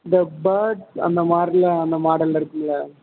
இந்த பேர்ட்ஸ் அந்த மாரில அந்த மாடலில் இருக்கும்ல